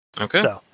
Okay